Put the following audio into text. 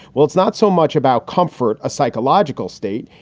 well, it's not so much about comfort, a psychological state.